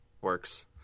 works